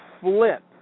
flip